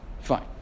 Fine